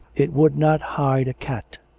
it would not hide a cat.